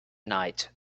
night